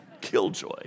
Killjoy